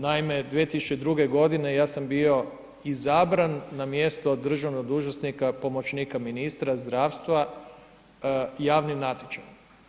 Naime, 2002. godine ja sam bio izabran na mjesto državnog dužnosnika pomoćnika ministra zdravstva javnim natječajem.